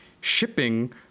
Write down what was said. shipping